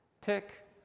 tick